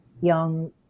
young